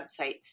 websites